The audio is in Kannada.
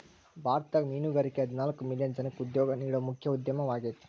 ಭಾರತದಾಗ ಮೇನುಗಾರಿಕೆ ಹದಿನಾಲ್ಕ್ ಮಿಲಿಯನ್ ಜನಕ್ಕ ಉದ್ಯೋಗ ನೇಡೋ ಮುಖ್ಯ ಉದ್ಯಮವಾಗೇತಿ